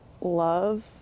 Love